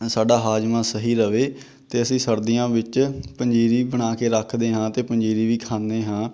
ਅ ਸਾਡਾ ਹਾਜਮਾ ਸਹੀ ਰਹੇ ਤਾਂ ਅਸੀਂ ਸਰਦੀਆਂ ਵਿੱਚ ਪੰਜੀਰੀ ਬਣਾ ਕੇ ਰੱਖਦੇ ਹਾਂ ਅਤੇ ਪੰਜੀਰੀ ਵੀ ਖਾਂਦੇ ਹਾਂ